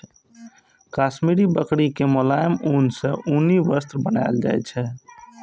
काश्मीरी बकरी के मोलायम ऊन सं उनी वस्त्र बनाएल जाइ छै